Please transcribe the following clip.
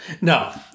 no